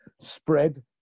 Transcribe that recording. spread